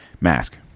mask